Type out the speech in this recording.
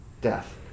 death